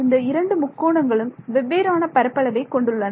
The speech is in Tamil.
இந்த இரண்டு முக்கோணங்களும் வெவ்வேறான பரப்பளவை கொண்டுள்ளன